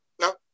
No